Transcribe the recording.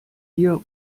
hier